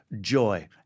joy